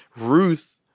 Ruth